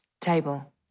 table